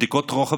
בדיקות רוחב.